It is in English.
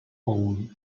own